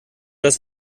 das